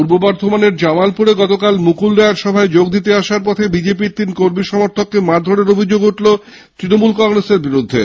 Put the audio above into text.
পূর্ব বর্ধমানের জামালপুরে গতকাল মুকুল রায়ের সভায় যোগ দিতে আসার পথে বিজেপির তিন কর্মী সমর্থককে ঘটনায় অভিযোগ উঠল তণমূলের বিরুদ্ধে